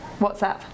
WhatsApp